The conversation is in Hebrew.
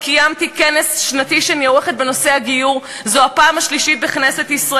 אחרי שנתיים של המתנה ושל הבטחות,